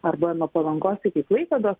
arba nuo palangos iki klaipėdos